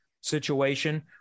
situation